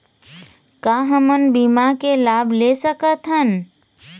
का हमन बीमा के लाभ ले सकथन?